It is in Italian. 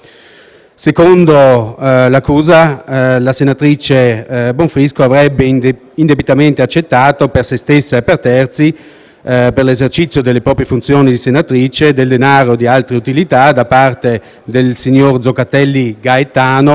Secondo l'accusa, la senatrice Bonfrisco avrebbe indebitamente accettato, per sé stessa e per terzi, nell'esercizio delle proprie funzioni di senatrice, del denaro o altre utilità da parte del signor Zoccatelli Gaetano,